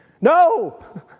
No